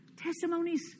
testimonies